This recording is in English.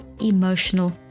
emotional